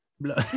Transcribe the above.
blah